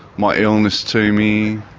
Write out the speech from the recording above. my illness to me,